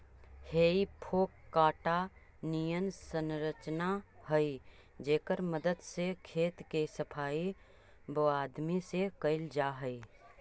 हेइ फोक काँटा निअन संरचना हई जेकर मदद से खेत के सफाई वआदमी से कैल जा हई